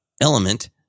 element